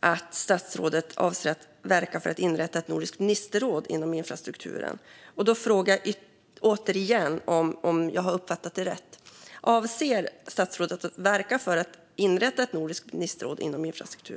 att statsrådet avser att verka för att inrätta ett nordiskt ministerråd inom infrastrukturen. Jag frågar därför återigen om jag uppfattat detta rätt: Avser statsrådet att verka för att inrätta ett nordiskt ministerråd inom infrastruktur?